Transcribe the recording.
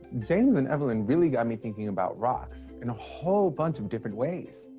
james and evelyn really got me thinking about rocks in a whole bunch of different ways.